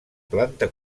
planta